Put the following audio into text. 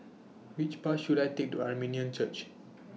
Which Bus should I Take to Armenian Church